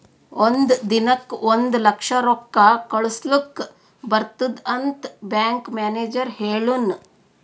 ಒಂದ್ ದಿನಕ್ ಒಂದ್ ಲಕ್ಷ ರೊಕ್ಕಾ ಕಳುಸ್ಲಕ್ ಬರ್ತುದ್ ಅಂತ್ ಬ್ಯಾಂಕ್ ಮ್ಯಾನೇಜರ್ ಹೆಳುನ್